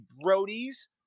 brody's